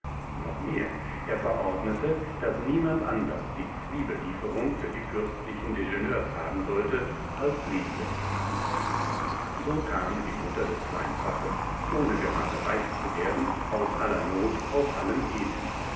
noch mehr er verordnete daß niemand anders die zwiebellieferung für die fürstlichen dejeuners haben sollte als liese so kam die mutter des klein zaches ohne gerade reich zu werden aus aller not aus allem elend